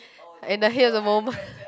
and I hear the moment